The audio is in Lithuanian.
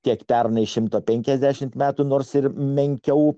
tiek pernai šimto penkiasdešimt metų nors ir menkiau